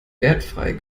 wertfrei